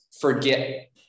forget